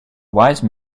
wise